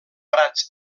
prats